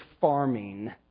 farming